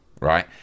right